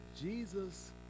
Jesus